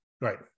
Right